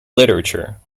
literature